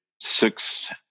six